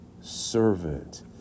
servant